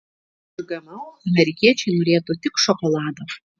už gmo amerikiečiai norėtų tik šokolado